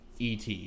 ET